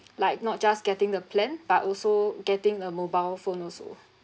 like not just getting the plan but also getting a mobile phone also